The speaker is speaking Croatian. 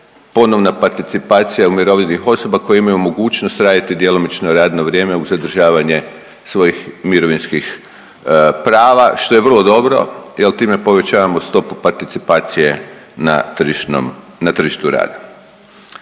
ponovna participacija umirovljenih osoba koje imaju mogućnost raditi djelomično radno vrijeme uz zadržavanje svojih mirovinskih prava, što je vrlo dobro jer time povećavamo stopu participacije na tržišnom, na